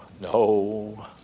no